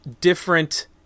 different